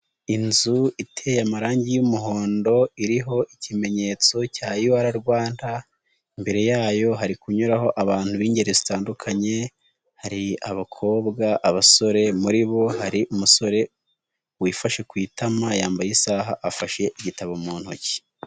Inzu iteye amarangi y'umuhondo, iriho ikimenyetso cya UR Rwanada, imbere yayo hari kunyuraho abantu b'ingeri zitandukanye, hari abakobwa, abasore muri bo hari umusore wifashe ku itama, yambaye isaha afashe igitabo mu ntoki.